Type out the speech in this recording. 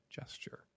gesture